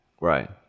Right